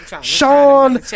Sean